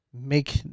Make